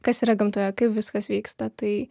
kas yra gamtoje kaip viskas vyksta tai